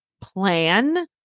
plan